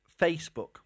facebook